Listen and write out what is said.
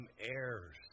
heirs